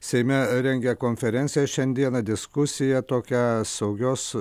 seime rengia konferenciją šiandieną diskusiją tokią saugios